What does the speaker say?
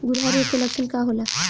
खुरहा रोग के लक्षण का होला?